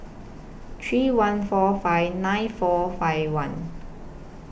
three one four five nine four five one